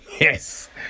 yes